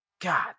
God